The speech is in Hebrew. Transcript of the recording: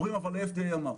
אומרים: אבל ה-FDA אמר.